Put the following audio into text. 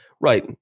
Right